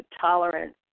tolerance